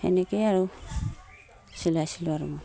সেনেকৈয়ে আৰু চিলাইছিলোঁ আৰু মই